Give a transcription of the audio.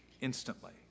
Instantly